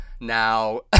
Now